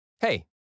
Hey